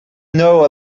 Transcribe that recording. know